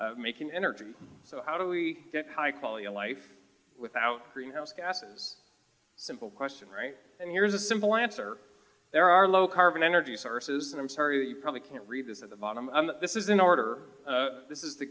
fuel making energy so how do we get high quality of life without greenhouse gases simple question right and here's a simple answer there are low carbon energy sources and i'm sorry probably can't read this at the bottom this is in order this is the